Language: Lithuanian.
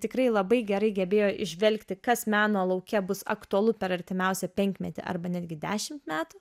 tikrai labai gerai gebėjo įžvelgti kas meno lauke bus aktualu per artimiausią penkmetį arba netgi dešimt metų